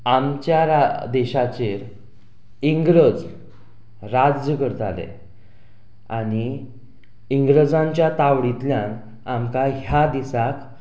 आमच्या देशाचेर इंग्रज राज्य करताले आनी इंग्रजांच्या तावडींतल्यान आमकां ह्या दिसाक